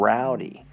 Rowdy